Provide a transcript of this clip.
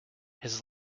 his